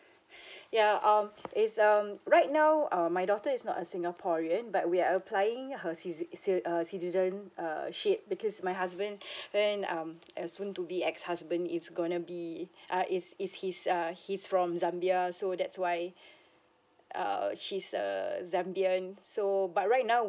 ya um it's um right now um my daughter is not a singaporean but we're applying her cit~ ci~ uh citizen uh ship because my husband then um as soon to be ex husband is gonna be uh is his his uh he's from zambia so that's why err she's a zambian so but right now